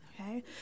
okay